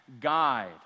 guide